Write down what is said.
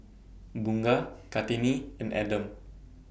Bunga Kartini and Adam